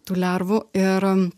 tų lervų ir